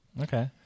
Okay